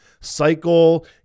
cycle